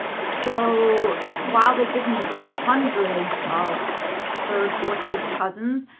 so while they give me hundreds of third, fourth, fifth cousins,